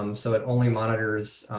um so it only monitors.